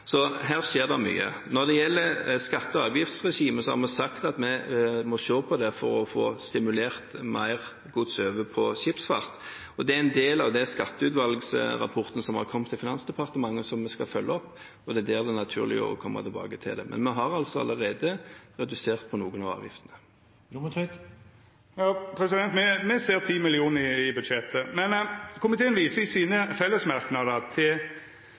Så her skjer det mye. Når det gjelder skatte- og avgiftsregimet, har vi sagt at vi må se på det for å få stimulert til mer gods over på skipsfart. Dette er en del av den skatteutvalgsrapporten som har kommet til Finansdepartementet, som vi skal følge opp, og det er der det er naturlig å komme tilbake til det. Men vi har allerede redusert noen av avgiftene. Me ser 10 mill. kr i budsjettet. Men komiteen viser i sine fellesmerknader til